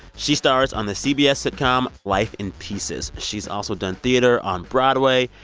she stars on the cbs sitcom life in pieces. she's also done theater on broadway.